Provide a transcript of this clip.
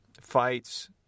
fights